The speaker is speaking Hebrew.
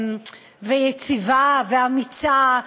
יציבה ואמיצה.